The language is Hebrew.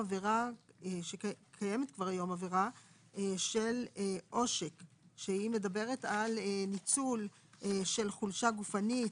קיימת כבר היום עבירה של עושק שמדברת על ניצול של חולשה גופנית.